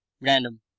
random